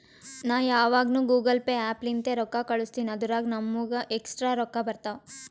ನಾ ಯಾವಗ್ನು Google Pay app ಲಿಂತೇ ರೊಕ್ಕಾ ಕಳುಸ್ತಿನಿ ಅದುರಾಗ್ ನಮ್ಮೂಗ ಎಕ್ಸ್ಟ್ರಾ ರೊಕ್ಕಾ ಬರ್ತಾವ್